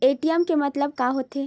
ATM के मतलब का होथे?